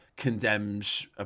condemns